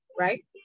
right